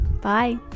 bye